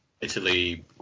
Italy